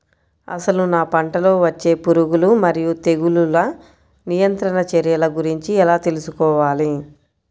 అసలు నా పంటలో వచ్చే పురుగులు మరియు తెగులుల నియంత్రణ చర్యల గురించి ఎలా తెలుసుకోవాలి?